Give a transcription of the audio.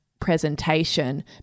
presentation